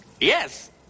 yes